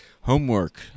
Homework